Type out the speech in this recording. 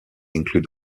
include